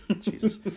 Jesus